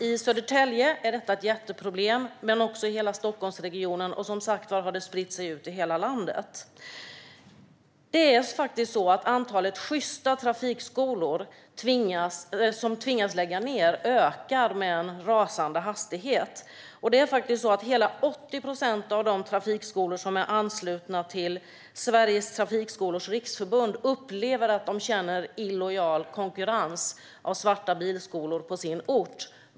I Södertälje är detta ett jätteproblem. Men det gäller också hela Stockholmsregionen, och det har som sagt spridit sig i hela landet. Antalet sjysta trafikskolor som tvingas lägga ned ökar i en rasande hastighet. Och hela 80 procent av de trafikskolor som är anslutna till Sveriges Trafikskolors Riksförbund upplever att de utsätts för illojal konkurrens av svarta körskolor på sin ort.